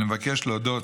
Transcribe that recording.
אני מבקש להודות